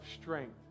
strength